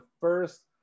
first